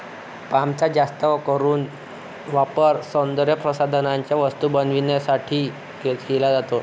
पामचा जास्त करून वापर सौंदर्यप्रसाधनांच्या वस्तू बनवण्यासाठी केला जातो